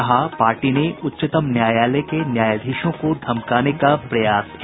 कहा पार्टी ने उच्चतम न्यायालय के न्यायधीशों को धमकाने का प्रयास किया